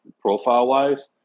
profile-wise